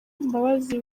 mbabazi